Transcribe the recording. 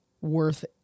worth